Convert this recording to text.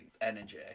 energy